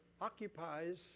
occupies